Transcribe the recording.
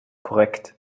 korrekt